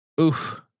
Oof